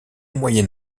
moyen